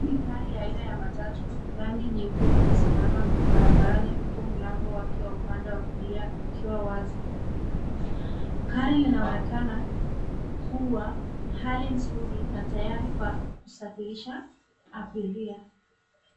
Hii ni gari aina ya matatu, rangi nyeupe iliyosimama barabarani huku mlango wake wa upande wa kulia likiwa wazi. Gari linaonekana kuwa hali nzuri na tayari kwa kusafirisha abiria.